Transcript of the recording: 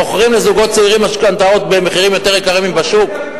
מוכרים לזוגות צעירים משכנתאות במחירים יותר יקרים ממחירי השוק.